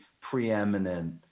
preeminent